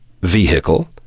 vehicle